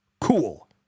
Cool